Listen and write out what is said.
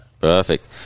Perfect